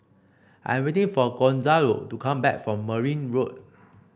I am waiting for Gonzalo to come back from Merryn Road